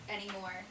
anymore